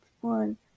one